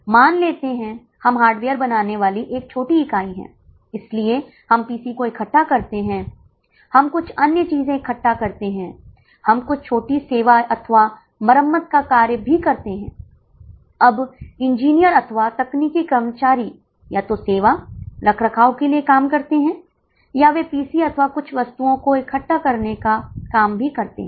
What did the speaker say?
और अच्छी तरह से समझ लीजिए कभी कभी छात्र इतने बुद्धिमान होते हैं कि वे दो तीन चार पीवीआर निकाल लेते हैं हैं क्योंकि यह समस्या में पूछा गया है